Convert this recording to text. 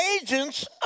agents